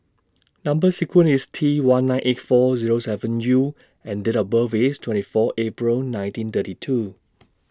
Number sequence IS T one nine eight four Zero seven U and Date of birth IS twenty four April nineteen thirty two